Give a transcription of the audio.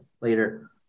later